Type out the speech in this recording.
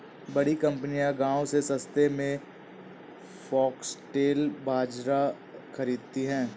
बड़ी कंपनियां गांव से सस्ते में फॉक्सटेल बाजरा खरीदती हैं